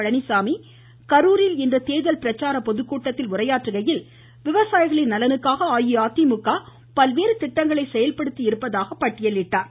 பழனிச்சாமி கரூரில் இன்று தேர்தல் பிரச்சார பொதுக்கூட்டத்தில் உரையாற்றுகையில் விவசாயிகளின் நலனுக்காக அஇஅதிமுக பல்வேறு திட்டங்களை செயல்படுத்தியிருப்பதாக பட்டியலிட்டார்